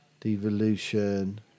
devolution